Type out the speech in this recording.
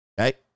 Okay